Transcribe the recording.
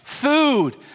food